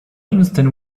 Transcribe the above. understand